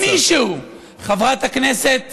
אם מישהו, חברת הכנסת